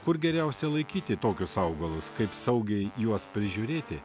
kur geriausia laikyti tokius augalus kaip saugiai juos prižiūrėti